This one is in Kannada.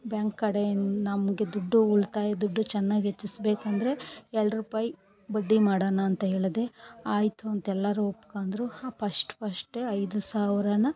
ಬ್ಯಾಂಕ್ ಕಡೆ ನಮಗೆ ದುಡ್ಡು ಉಳ್ತಾಯದ ದುಡ್ಡು ಚೆನ್ನಾಗ್ ಹೆಚ್ಚಿಸ್ಬೇಕಂದ್ರೆ ಎರಡು ರೂಪಾಯಿ ಬಡ್ಡಿ ಮಾಡೋಣ ಅಂತ ಹೇಳ್ದೆ ಆಯಿತು ಅಂತ ಎಲ್ಲರು ಒಪ್ಕೊಂಡ್ರು ಹಾಂ ಪಸ್ಟ್ ಪಸ್ಟೆ ಐದು ಸಾವಿರ